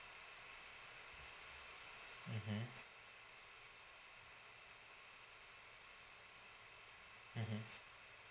mmhmm mmhmm